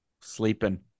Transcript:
sleeping